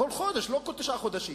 כל חודש, לא כל תשעה חודשים.